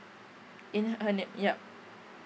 in her name yup